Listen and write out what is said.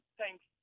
thanks